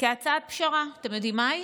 כהצעת פשרה, אתם יודעים מהי?